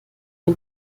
mir